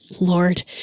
Lord